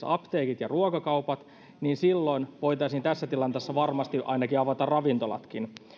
apteekit ja ruokakaupat niin silloin voitaisiin tässä tilanteessa varmasti ainakin avata ravintolatkin